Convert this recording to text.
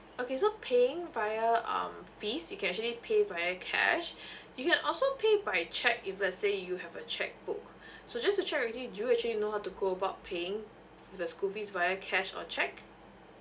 okay so paying via um fees you can actually pay via cash you can also pay by cheque if let's say you have a cheque book so just to check with you do you actually know how to go about paying f~ the school fees via cash or cheque